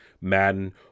Madden